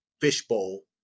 fishbowl